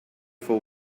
for